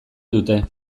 dute